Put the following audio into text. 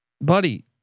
buddy